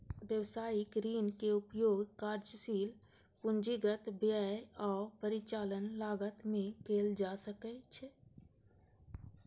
व्यवसायिक ऋण के उपयोग कार्यशील पूंजीगत व्यय आ परिचालन लागत मे कैल जा सकैछ